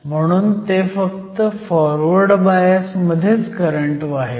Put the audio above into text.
म्हणून ते फक्त फॉरवर्ड बायस मध्ये करंट वाहेल